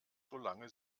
solange